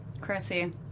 Chrissy